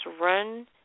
run